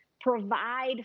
Provide